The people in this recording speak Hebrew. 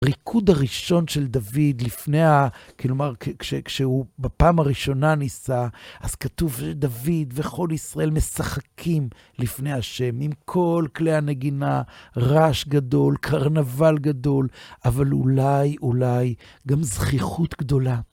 ריקוד הראשון של דוד לפני, כלומר, כשהוא בפעם הראשונה ניסע, אז כתוב שדוד וכל ישראל משחקים לפני ה' עם כל כלי הנגינה, רעש גדול, קרנבל גדול, אבל אולי, אולי גם זכיחות גדולה.